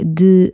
de